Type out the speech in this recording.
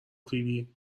فیبی